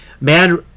man